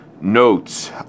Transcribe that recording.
Notes